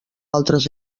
altres